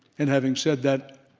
and having said that,